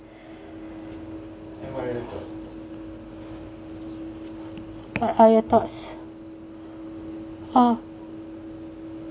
uh I uh thoughts uh